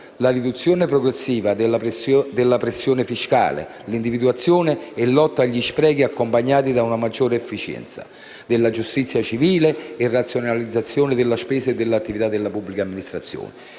la riduzione progressiva della pressione fiscale; l'individuazione e la lotta agli sprechi accompagnata da una maggiore efficienza della giustizia civile e dalla razionalizzazione della spesa e dell'attività della pubblica amministrazione;